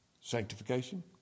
sanctification